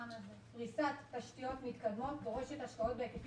פריסת תשתיות מתקדמות דורשת השקעות בהיקפים